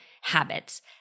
Habits